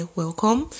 welcome